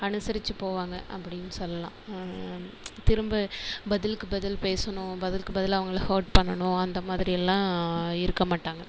அனுசரிச்சு போவாங்க அப்படின்னு சொல்லலாம் திரும்ப பதிலுக்கு பதில் பேசணும் பதிலுக்கு பதில் அவங்கள ஹர்ட் பண்ணணும் அந்த மாதிரியெல்லாம் இருக்க மாட்டாங்க